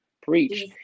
Preach